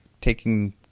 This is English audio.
taking